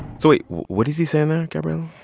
so wait. what is he saying there, gabrielle?